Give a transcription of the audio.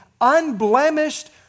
unblemished